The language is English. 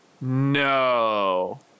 no